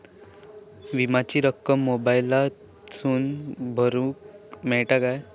विमाची रक्कम मोबाईलातसून भरुक मेळता काय?